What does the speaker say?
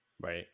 Right